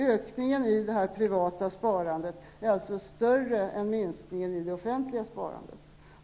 Ökningen i det privata sparandet är alltså större än minskningen i det offentliga sparandet.